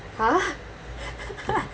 !huh!